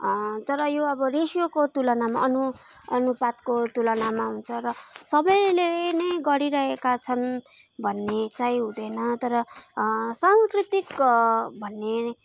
तर यो अब रेसियोको तुलनामा अनुपातको तुलनामा हुन्छ र सबैले नै गरिरहेका छन् भन्ने चाहिँ हुँदैन तर सांस्कृतिक भन्ने